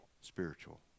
spiritual